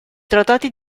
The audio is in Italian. trattati